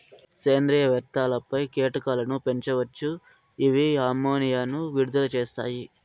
సేంద్రీయ వ్యర్థాలపై కీటకాలను పెంచవచ్చు, ఇవి అమ్మోనియాను విడుదల చేస్తాయి